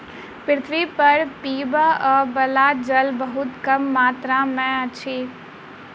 पृथ्वी पर पीबअ बला जल बहुत कम मात्रा में अछि